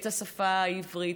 את השפה העברית,